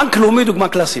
בנק לאומי הוא דוגמה קלאסית